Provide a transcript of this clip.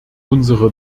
unsere